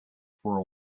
for